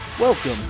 welcome